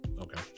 Okay